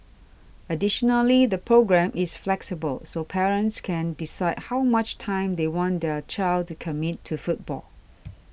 additionally the programme is flexible so parents can decide how much time they want their child to commit to football